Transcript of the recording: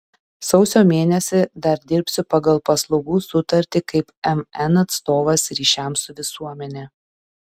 sausio mėnesį dar dirbsiu pagal paslaugų sutartį kaip mn atstovas ryšiams su visuomene